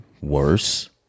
worse